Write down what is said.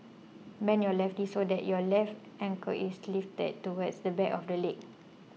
bend your left so that your left ankle is lifted towards the back of the leg